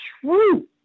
true